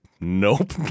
nope